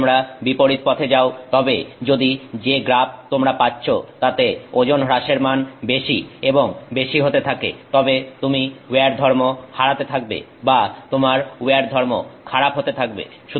যদি তোমরা বিপরীত পথে যাও তবে যদি যে গ্রাফ তোমরা পাচ্ছ তাতে ওজন হ্রাসের মান বেশি এবং বেশি হতে থাকে তবে তুমি উইয়ার ধর্ম হারাতে থাকবে বা তোমার উইয়ার ধর্ম খারাপ হতে থাকবে